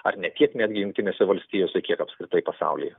ar ne tiek netgi jungtinėse valstijose kiek apskritai pasaulyje